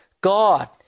God